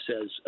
says